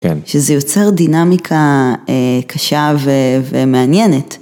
שזה יוצר דינמיקה קשה ומעניינת.